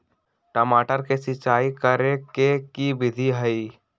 टमाटर में सिचाई करे के की विधि हई?